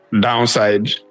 downside